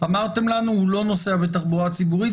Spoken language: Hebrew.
אמרתם לנו: הוא לא נוסע בתחבורה ציבורית,